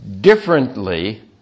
differently